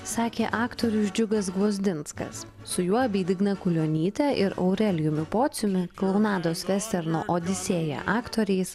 sakė aktorius džiugas gvazdinskas su juo bei digna kulionytė ir aurelijumi pociumi klounados vesterną odisėją aktoriais